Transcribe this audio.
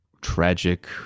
tragic